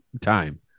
time